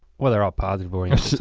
well they're all positive-oriented.